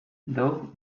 doug